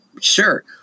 sure